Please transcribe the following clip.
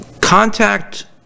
contact